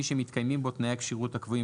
מי שמתקיימים בו תנאי הכשירות הקבועים